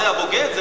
זה הבוגד?